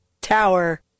tower